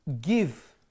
give